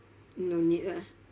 no need lah